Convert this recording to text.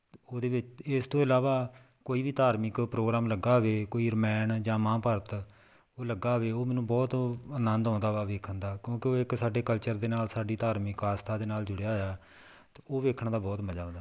ਉਹਦੇ ਵਿੱਚ ਇਸ ਤੋਂ ਇਲਾਵਾ ਕੋਈ ਵੀ ਧਾਰਮਿਕ ਪ੍ਰੋਗਰਾਮ ਲੱਗਾ ਹੋਵੇ ਕੋਈ ਰਮਾਇਣ ਜਾਂ ਮਹਾਭਾਰਤ ਉਹ ਲੱਗਾ ਹੋਵੇ ਉਹ ਮੈਨੂੰ ਬਹੁਤ ਆਨੰਦ ਆਉਂਦਾ ਵਾ ਵੇਖਣ ਦਾ ਕਿਉਂਕਿ ਉਹ ਇੱਕ ਸਾਡੇ ਕਲਚਰ ਦੇ ਨਾਲ ਸਾਡੀ ਧਾਰਮਿਕ ਆਸਥਾ ਦੇ ਨਾਲ ਜੁੜਿਆ ਹੋਇਆ ਅਤੇ ਉਹ ਵੇਖਣ ਦਾ ਬਹੁਤ ਮਜ਼ਾ ਆਉਂਦਾ